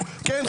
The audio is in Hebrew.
כן,